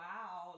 Wow